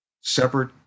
separate